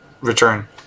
return